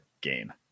game